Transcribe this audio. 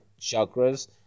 chakras